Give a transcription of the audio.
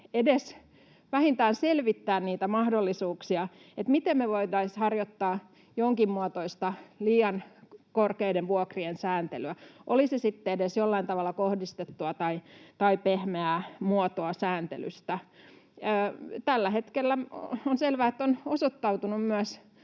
vähintään edes selvittää niitä mahdollisuuksia, miten me voitaisiin harjoittaa jonkin muotoista liian korkeiden vuokrien sääntelyä, oli se sitten edes jollain tavalla kohdistettua tai pehmeää muotoa sääntelystä. Tällä hetkellä on selvää, että on osoittautunut myös